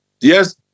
yes